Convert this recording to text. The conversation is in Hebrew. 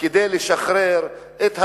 כדי לשחרר את האסירים,